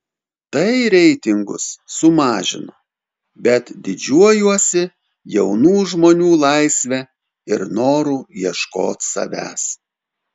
tai reitingus sumažino bet didžiuojuosi jaunų žmonių laisve ir noru ieškot savęs